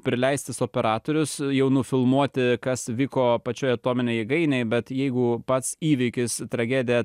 prileistas operatorius jau nufilmuoti kas vyko apačioj atominėj jėgainėj bet jeigu pats įvykis tragedija